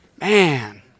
Man